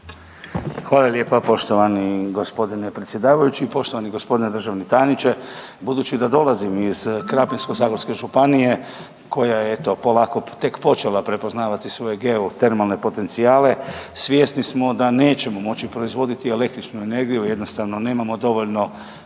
Hvala lijepa poštovani g. predsjedavajući, poštovani g. državni tajniče. Budući da dolazim iz Krapinsko-zagorske županije koja je eto, polako tek počela prepoznavati svoje geotermalne potencijale, svjesni smo da nećemo moći proizvoditi elektroničnu energiju, jednostavno nemamo dovoljno